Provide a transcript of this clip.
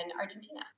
Argentina